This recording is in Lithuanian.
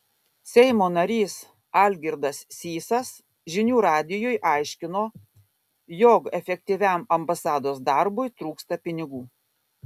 seimo narys algirdas sysas žinių radijui aiškino jog efektyviam ambasados darbui trūksta pinigų